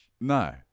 No